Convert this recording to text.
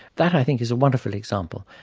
that i think is a wonderful example.